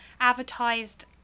advertised